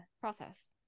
process